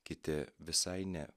kiti visai ne